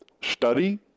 study